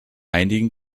einigen